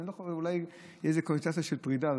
אולי תהיה לזה קונוטציה של פרידה,